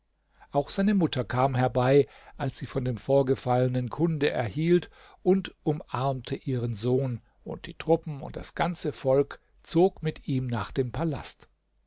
auch seine mutter kam herbei als sie von dem vorgefallenen kunde erhielt und umarmte ihren sohn und die truppen und das ganze volk zog mit ihm nach dem palast